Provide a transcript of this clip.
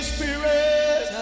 Spirit